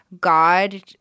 God